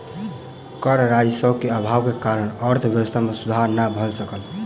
कर राजस्व के अभाव के कारण अर्थव्यवस्था मे सुधार नै भ सकल